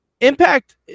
Impact